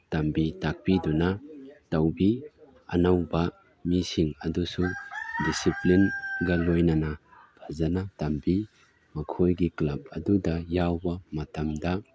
ꯇꯝꯕꯤ ꯇꯛꯄꯤꯗꯨꯅ ꯇꯧꯕꯤ ꯑꯅꯧꯕ ꯃꯤꯁꯤꯡ ꯑꯗꯨꯁꯨ ꯗꯤꯁꯤꯞꯂꯤꯟꯒ ꯂꯣꯏꯅꯅ ꯐꯖꯅ ꯇꯝꯕꯤ ꯃꯈꯣꯏꯒꯤ ꯀ꯭ꯂꯕ ꯑꯗꯨꯗ ꯌꯥꯎꯕ ꯃꯇꯝꯗ